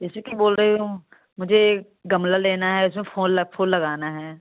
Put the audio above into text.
जैसे कि बोल रही हूँ मुझे गमला लेना है इसमें फूल लगाना है